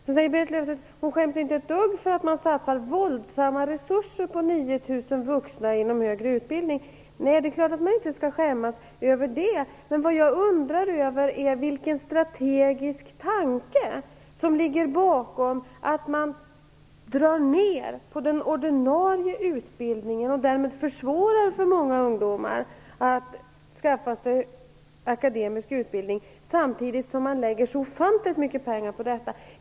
Sedan säger Berit Löfstedt att hon inte skäms ett dugg för att man satsar våldsamt mycket resurser på 9 000 vuxna inom högre utbildning. Nej, det är klart att hon inte skall skämmas över det. Men vad jag undrar över är vilken strategisk tanke som ligger bakom när man drar ner på den ordinarie utbildningen och därmed försvårar för många ungdomar att skaffa sig akademisk utbildning, samtidigt som man lägger ner så ofantligt mycket pengar på denna vuxenutbildning.